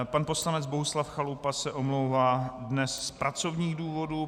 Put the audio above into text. Pan poslanec Bohuslav Chalupa se omlouvá dnes z pracovních důvodů.